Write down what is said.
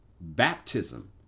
baptism